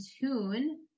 tune